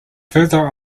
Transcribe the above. further